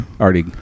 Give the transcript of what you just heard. already